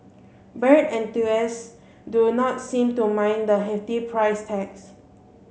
bird enthusiasts do not seem to mind the hefty price tags